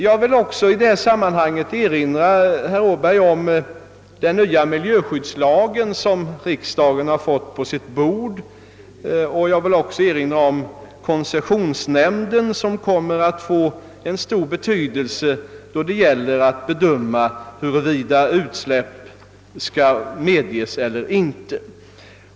Jag vill också i detta sammanhang erinra herr Åberg om den nya miljöskyddslagen, som riksdagen har fått på sitt bord, och om koncessionsnämnden, som kommer att få stor betydelse då det gäller att bedöma huruvida utsläpp skall medges eller inte.